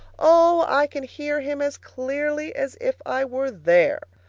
oh, i can hear him as clearly as if i were there!